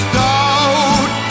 doubt